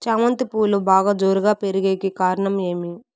చామంతి పువ్వులు బాగా జోరుగా పెరిగేకి కారణం ఏమి?